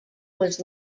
was